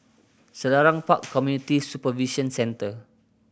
Selarang Park Community Supervision Centre